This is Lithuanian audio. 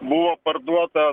buvo parduota